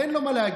אין לו מה להגיד.